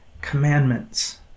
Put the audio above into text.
commandments